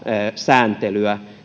sääntelyä